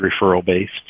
referral-based